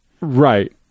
Right